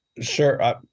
Sure